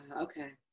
okay